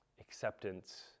acceptance